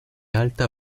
alta